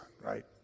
right